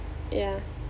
yeah